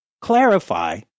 clarify